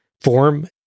form